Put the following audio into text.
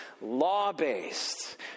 law-based